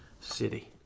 city